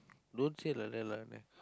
don't say like that lah